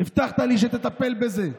הבטחת לי שתטפל בזה.